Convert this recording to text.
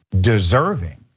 deserving